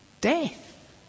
death